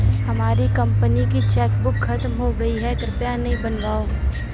हमारी कंपनी की चेकबुक खत्म हो गई है, कृपया नई बनवाओ